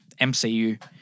MCU